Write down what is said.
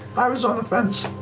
i was on the fence.